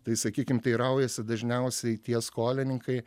tai sakykim teiraujasi dažniausiai tie skolininkai